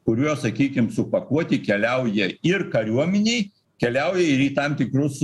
kuriuos sakykim supakuoti keliauja ir kariuomenei keliauja ir į tam tikrus